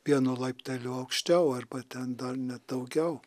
vienu laipteliu aukščiau arba ten dar net daugiau